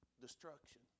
destruction